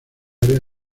área